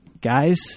Guys